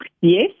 Yes